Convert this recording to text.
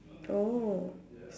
oh